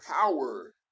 power